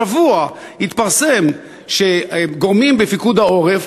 השבוע התפרסם שגורמים בפיקוד העורף,